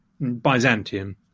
Byzantium